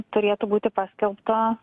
turėtų būti paskelbta